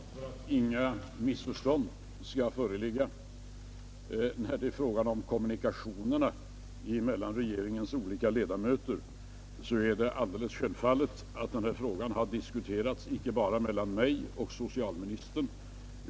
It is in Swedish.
Herr talman! För att inga missförstånd skall föreligga beträffande kommunikationerna mellan regeringens olika ledamöter vill jag framhålla att den här saken självfallet har diskuterats inom regeringen, således icke bara mellan mig och socialministern.